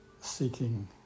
seeking